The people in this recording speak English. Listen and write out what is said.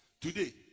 today